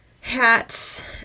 hats